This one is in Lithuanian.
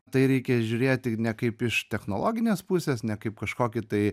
tai reikia žiūrėti ne kaip iš technologinės pusės ne kaip kažkokį tai